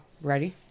Ready